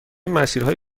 مسیرهای